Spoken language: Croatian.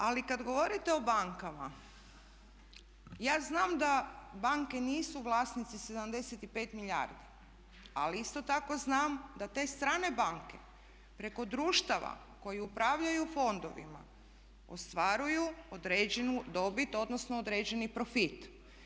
Ali kad govorite o bankama ja znam da banke nisu vlasnici 75 milijardi, ali isto tako znam da te strane banke preko društava koji upravljaju fondovima ostvaruju određenu dobit, odnosno određeni profit.